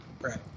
Right